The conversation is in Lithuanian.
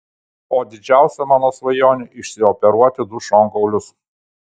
o didžiausia mano svajonė išsioperuoti du šonkaulius